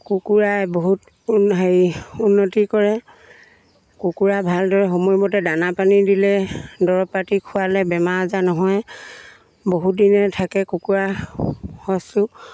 কুকুৰা বহুত হেৰি উন্নতি কৰে কুকুৰা ভালদৰে সময়মতে দানা পানী দিলে দৰৱপাতি খোৱালে বেমাৰ আজাৰ নহয় বহুত দিনে থাকে কুকুৰা সঁচটো